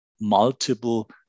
multiple